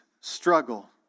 struggle